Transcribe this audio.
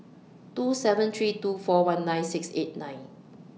two seven three two four one nine six eight nine